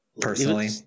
personally